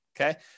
okay